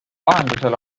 vahendusel